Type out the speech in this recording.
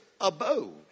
abode